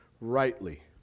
rightly